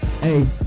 hey